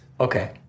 Okay